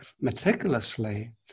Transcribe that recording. meticulously